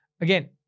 again